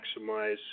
maximize